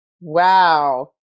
wow